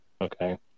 Okay